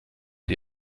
die